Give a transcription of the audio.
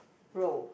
row